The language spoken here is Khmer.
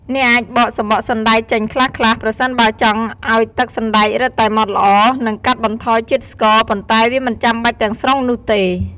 អ្នកអាចបកសម្បកសណ្តែកចេញខ្លះៗ ប្រសិនបើចង់ឱ្យទឹកសណ្ដែករឹតតែម៉ដ្ឋល្អ និងកាត់បន្ថយជាតិស្ករ ប៉ុន្តែវាមិនចាំបាច់ទាំងស្រុងនោះទេ។